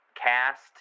cast